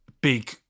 big